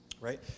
Right